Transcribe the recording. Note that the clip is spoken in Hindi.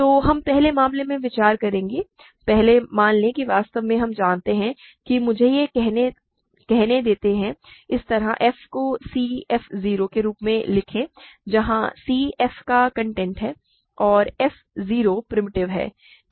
तो हम पहले मामले पर विचार करेंगे पहले मान लें कि वास्तव में हम जानते हैं कि मुझे यह कहने देते हैं कि इस तरह f को c f 0 के रूप में लिखें जहां c f का कंटेंट है और f 0 प्रिमिटिव है